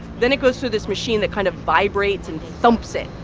then it goes through this machine that kind of vibrates and thumps it.